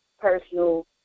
personal